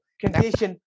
condition